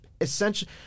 essentially